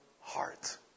heart